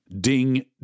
Ding